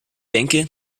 denke